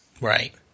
Right